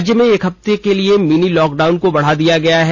राज्य में एक हेफ्ते के लिए मिनी लॉकडाउन को बढ़ा दिया गया है